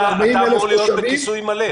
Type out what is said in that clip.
אתה אמור להיות בכיסוי מלא.